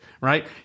right